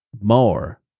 more